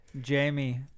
Jamie